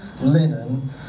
linen